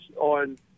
on